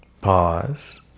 Pause